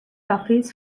office